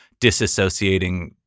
disassociating